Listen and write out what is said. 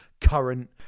current